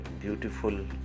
beautiful